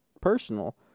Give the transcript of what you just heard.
personal